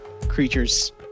creatures